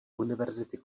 univerzity